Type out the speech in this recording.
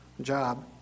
job